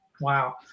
Wow